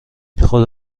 خدا